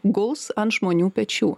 guls ant žmonių pečių